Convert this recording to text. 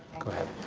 go ahead.